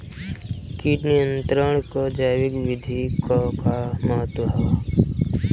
कीट नियंत्रण क जैविक विधि क का महत्व ह?